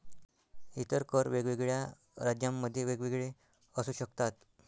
इतर कर वेगवेगळ्या राज्यांमध्ये वेगवेगळे असू शकतात